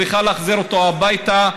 צריכה להחזיר אותו הביתה.